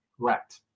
Correct